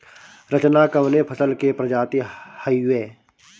रचना कवने फसल के प्रजाति हयुए?